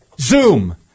Zoom